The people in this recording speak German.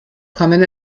kommen